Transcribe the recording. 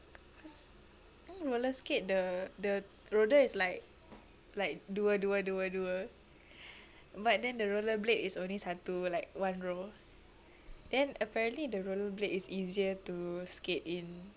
cause roller skate the the roda is like like dua dua dua dua but then the rollerblade is only satu like one row then apparently the rollerblade is easier to skate in